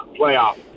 playoff